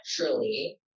naturally